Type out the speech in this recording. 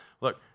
look